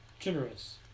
Generous